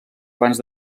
abans